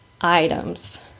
items